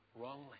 wrongly